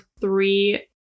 three